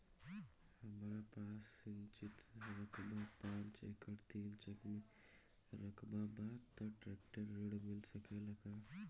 हमरा पास सिंचित रकबा पांच एकड़ तीन चक में रकबा बा त ट्रेक्टर ऋण मिल सकेला का?